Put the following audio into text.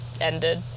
ended